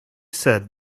said